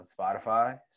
Spotify